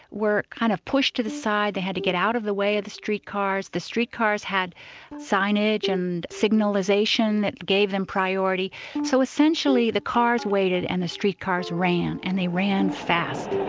were kind of pushed to the side, they had to get out of the way of the streetcars, the streetcars had signage and signalisation that gave them priority so essentially the cars waited waited and the streetcars ran, and they ran fast.